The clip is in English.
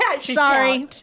Sorry